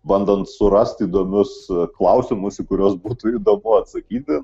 bandant surasti įdomius klausimus į kuriuos būtų įdomu atsakyti